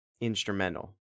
instrumental